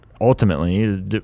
ultimately